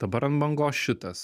dabar ant bangos šitas